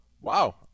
Wow